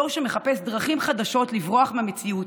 דור שמחפש דרכים חדשות לברוח מהמציאות.